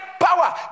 power